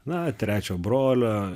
na trečio brolio